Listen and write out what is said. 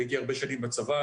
הייתי הרבה שנים בצבא,